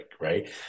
right